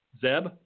Zeb